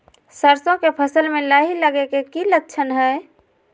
सरसों के फसल में लाही लगे कि लक्षण हय?